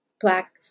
Black